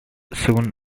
soon